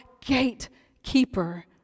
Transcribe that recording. gatekeeper